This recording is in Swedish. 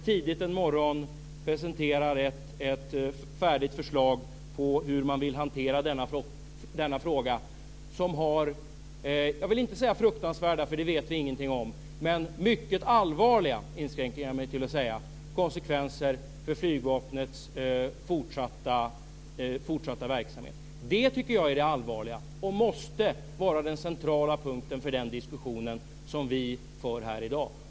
Tidigt en morgon presenterar de ett färdigt förslag på hur de vill hantera denna fråga, som har jag vill inte säga fruktansvärda - det vet vi ingenting om - men mycket allvarliga konsekvenser för flygvapnets fortsatta verksamhet. Det är det allvarliga och måste vara den centrala punkten för den diskussion vi för i dag.